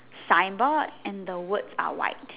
signboard and the words are white